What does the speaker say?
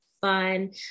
fun